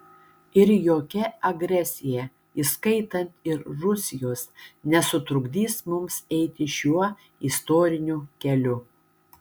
ir jokia agresija įskaitant ir rusijos nesutrukdys mums eiti šiuo istoriniu keliu